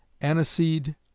aniseed